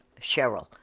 Cheryl